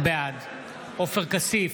בעד עופר כסיף,